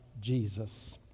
jesus